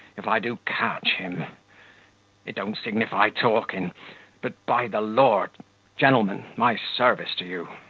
if i do catch him it don't signify talking but, by the lord gentlemen, my service to you.